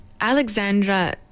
Alexandra